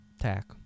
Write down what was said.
Tack